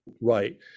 right